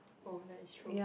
oh that is true